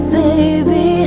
baby